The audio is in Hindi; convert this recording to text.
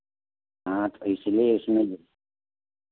हाँ तो इसीलिए इसमें